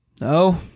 No